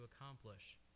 accomplish